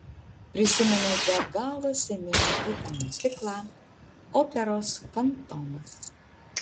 prisiminiau be galo seniai matytą miuziklą operos fantomas